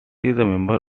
member